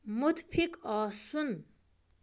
مُتفِق آسُن